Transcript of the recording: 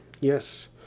Yes